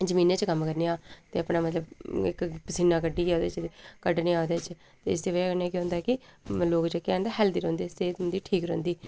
जमीनें च कम्म करनें आं ते अपने मतलब इक पसीना कड्ढियै ओह्दे च कड्ढनें आं ओह्दे च ते इसदी वजह् कन्नै केह् होंदा कि लोक जेह्के हैन तां हैल्दी रौंह्दे सेह्त उं'दी ठीक रौंह्दी